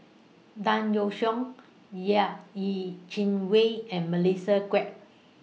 Tan Yeok Seong Yeh Chi Wei and Melissa Kwee